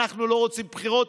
אנחנו לא רוצים בחירות.